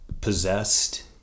possessed